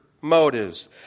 motives